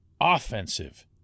offensive